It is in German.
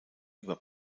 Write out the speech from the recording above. über